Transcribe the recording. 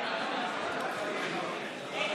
בממשלה לא